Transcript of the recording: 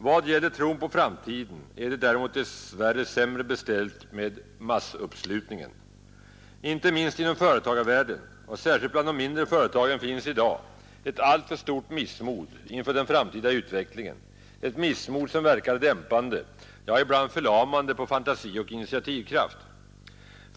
Vad gäller tron på framtiden är det däremot dess värre sämre beställt med massuppslutningen. Icke minst inom företagarvärlden och särskilt bland de mindre företagen finns i dag ett alltför stort missmod inför den framtida utvecklingen, ett missmod som verkar dämpande, ja ibland förlamande på fantasi och initiativkraft.